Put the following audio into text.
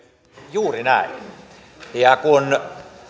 juuri näin ja kun